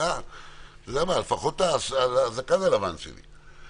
לפחות בשל הזקן הלבן שלי.